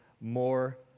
more